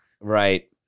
Right